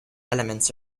elements